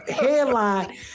headline